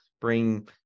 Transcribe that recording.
Bring